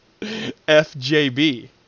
FJB